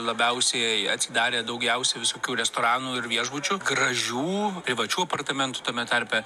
labiausiai atsidarė daugiausia visokių restoranų ir viešbučių gražių privačių apartamentų tame tarpe